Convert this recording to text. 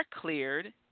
cleared